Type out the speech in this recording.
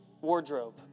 wardrobe